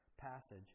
passage